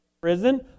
prison